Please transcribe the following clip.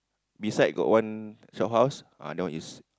beside got one shophouse ah that one is